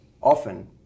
often